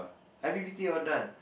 i_p_p_t all done